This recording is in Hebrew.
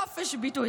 שמעתי עליו.